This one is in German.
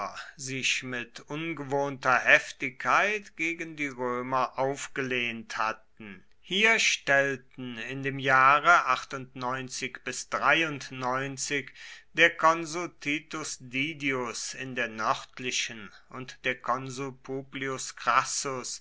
sich reit ungewohnter heftigkeit gegen die römer aufgelehnt hatten hier stellten in dem jahre der konsul titus didius in der nördlichen und der konsul publius crassus